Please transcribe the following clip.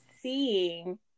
seeing